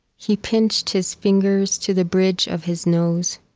he pinched his fingers to the bridge of his nose,